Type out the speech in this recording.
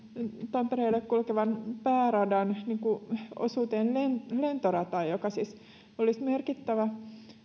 tampereelle kulkevan pääradan osuuteen lentorataan joka siis olisi merkittävä